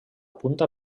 punta